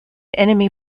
enemy